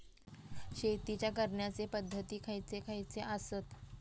शेतीच्या करण्याचे पध्दती खैचे खैचे आसत?